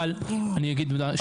אבל אני אגיד.